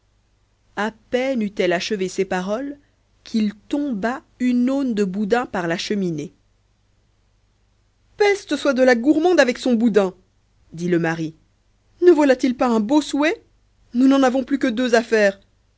à peine eut-elle achevé ces paroles qu'il tomba une aune de boudin par la cheminée peste soit de la gourmande avec son boudin dit le mari ne voilà-t-il pas un beau souhait nous n'en avons plus que deux